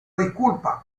disculpa